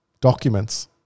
documents